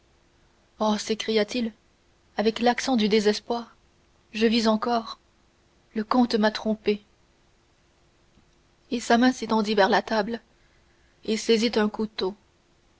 oh s'écria-t-il avec l'accent du désespoir je vis encore le comte m'a trompé et sa main s'étendit vers la table et saisit un couteau